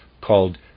called